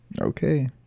Okay